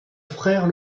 frère